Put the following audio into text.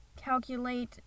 calculate